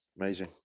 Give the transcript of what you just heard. Amazing